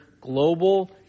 global